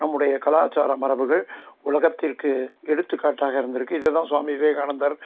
நம்முடைய கலாச்சார மரபுகள் உலகத்திற்கு எடுத்துக்காட்டாக இருந்திருக்கு இதை தான் சுவாமி விவேகானந்தர்